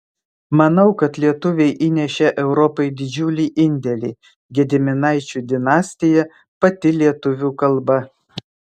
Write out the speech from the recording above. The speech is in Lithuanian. manau kad lietuviai įnešė europai didžiulį indėlį gediminaičių dinastija pati lietuvių kalba